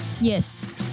Yes